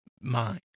mind